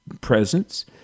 presence